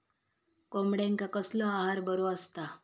कोंबड्यांका कसलो आहार बरो असता?